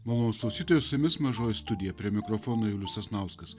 malonūs klausytojai su jumis mažoji studija prie mikrofono julius sasnauskas